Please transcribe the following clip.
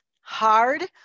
hard